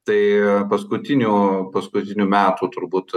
tai paskutinių paskutinių metų turbūt